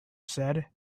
said